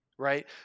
Right